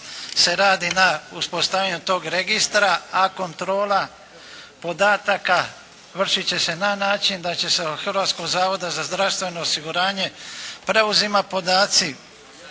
se radi na uspostavljanju tog registra, a kontrola podataka vršiti će se na način da će se od Hrvatskog zavoda za zdravstveno osiguranje preuzimati podaci